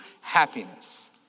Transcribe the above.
happiness